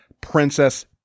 princess